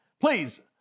Please